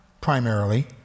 primarily